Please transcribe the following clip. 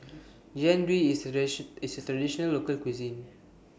Jian Dui IS IS A Traditional Local Cuisine